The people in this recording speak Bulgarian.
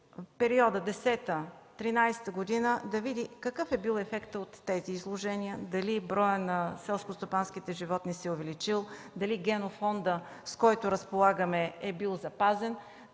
периода 2010-2013 г. да види какъв е бил ефектът от тези изложения – дали броят на селскостопанските животни се е увеличил, дали генофондът, с който разполагаме, е бил запазен.